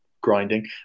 grinding